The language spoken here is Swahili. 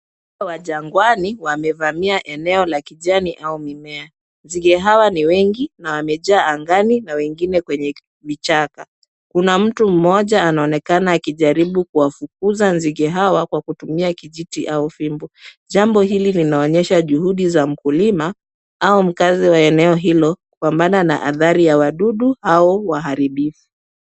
Nzige wa jangwani wamevamia eneo la kijani au mimea. Nzige hawa ni wengi na wamejaa angani, na wengine kwenye vichaka. Kuna mtu mmoja anaonekana akijaribu kuwafukuza nzige hawa kwa kutumia kijiti au fimbo, jambo hili linaonyesha juhudi za mkulima au mkaazi wa eneo hilo kupambana na hathari ya wadudu hao waharibifu.